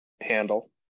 handle